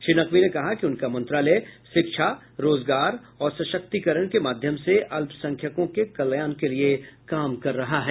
श्री नकवी ने कहा कि उनका मंत्रालय शिक्षा रोजगार और सशक्तिकरण के माध्यम से अल्पसंख्यकों के कल्याण के लिए काम कर रहा है